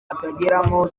atageramo